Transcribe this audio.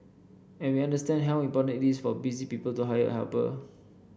and we understand how important it is for busy people to hire a helper